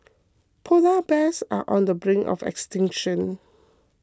Polar Bears are on the brink of extinction